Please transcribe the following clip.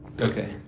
Okay